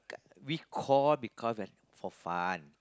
we call because is for fun